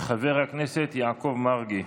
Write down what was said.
חבר הכנסת יעקב מרגי.